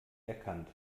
erkannt